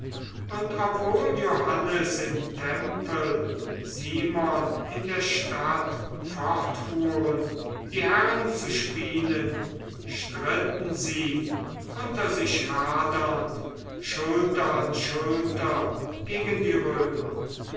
und obwohl johannes im tempel simon in der stadt fortfuhren die herren zu spielen stritten sie unter sich hadernd schulter an schulter gegen die römer